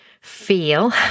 feel